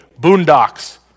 boondocks